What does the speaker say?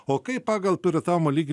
o kaip pagal piratavimo lygį